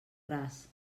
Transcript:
ras